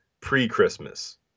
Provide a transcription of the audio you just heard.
pre-Christmas